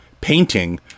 painting